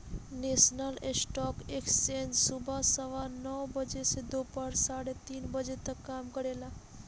national stock exchange सुबह सवा नौ बजे से दोपहर साढ़े तीन बजे तक काम करेला